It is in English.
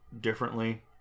differently